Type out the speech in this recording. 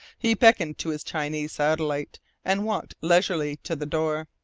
he beckoned to his chinese satellite and walked leisurely to the door.